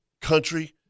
country